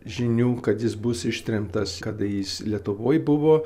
žinių kad jis bus ištremtas kada jis lietuvoj buvo